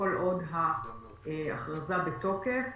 כל עוד ההכרזה בתוקף,